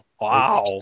Wow